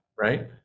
right